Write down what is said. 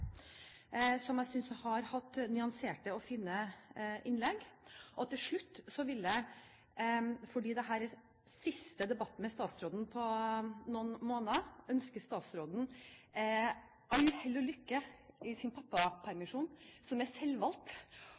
synes jeg representantene fra Kristelig Folkeparti har hatt nyanserte og fine innlegg. Til slutt vil jeg, fordi dette er siste debatten med statsråden på noen måneder, ønske statsråden hell og lykke i sin pappapermisjon, som er selvvalgt, og jeg